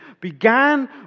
began